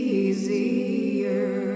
easier